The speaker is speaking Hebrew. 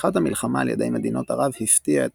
פתיחת המלחמה על ידי מדינות ערב הפתיעה את